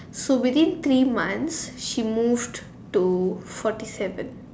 so within three months she moved to forty seven